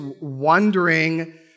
wondering